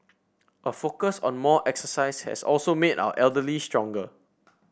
a focus on more exercise has also made our elderly stronger